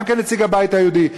גם כנציג הבית היהודי,